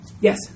Yes